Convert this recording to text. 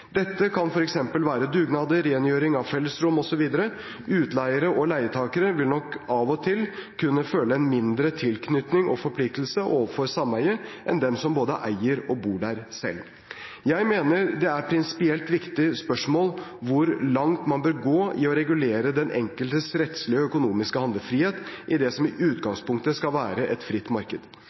Dette kan f.eks. være dugnader, rengjøring av fellesrom osv. Utleiere og leietakere vil nok av og til kunne føle en mindre tilknytning og forpliktelse overfor sameiet enn de som både eier og bor der selv. Jeg mener det er et prinsipielt viktig spørsmål hvor langt man bør gå i å regulere den enkeltes rettslige og økonomiske handlefrihet i det som i utgangspunktet skal være et fritt marked.